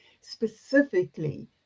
specifically